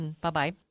Bye-bye